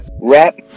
rap